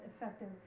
effective